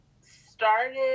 started